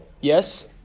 Yes